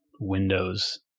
Windows